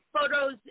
photos